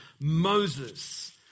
Moses